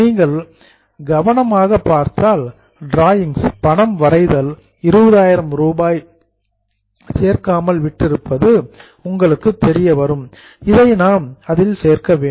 நீங்கள் கேர்ஃபுல்லி கவனமாக பார்த்தால் டிராயிங் பணம் வரைதல் 20000 ரூபாய் எக்ஸ்குலுடட் சேர்க்காமல் விட்டிருப்பது தெரியவரும் இதையும் நாம் சேர்க்க வேண்டும்